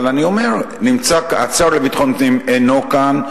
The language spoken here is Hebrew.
אבל אני אומר, השר לביטחון פנים אינו כאן.